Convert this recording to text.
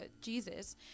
Jesus